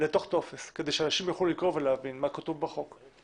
לתוך טופס כדי שאנשים יוכלו לקרוא ולהבין מה כתוב בחוק.